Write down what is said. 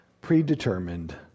predetermined